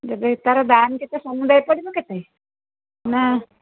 ତେବେ ତା'ର ଦାମ୍ କେତେ ସମୁଦାୟ ପଡ଼ିବ କେତେ ନା